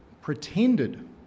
pretended